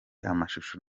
amashusho